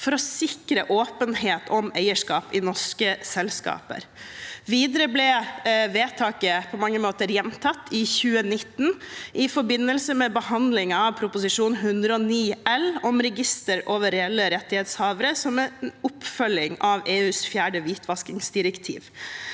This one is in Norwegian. for å sikre åpenhet om eierskap i norske selskaper. Videre ble vedtaket på mange måter gjentatt i 2019 i forbindelse med behandling av Prop. 109 L for 2017–2018, om register over reelle rettighetshavere som en oppfølging av EUs fjerde hvitvaskingsdirektiv.